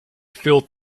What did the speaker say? filled